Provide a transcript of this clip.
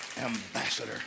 ambassador